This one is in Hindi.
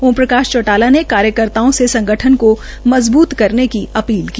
ओमप्रकाश चौटाला ने कार्यकर्ताओं से संगठन को मजबूत करने की अपील की